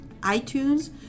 iTunes